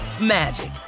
magic